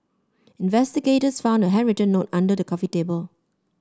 investigators found a handwritten note under the coffee table